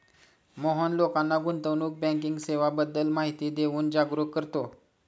मोहन लोकांना गुंतवणूक बँकिंग सेवांबद्दल माहिती देऊन जागरुक करतो